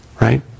Right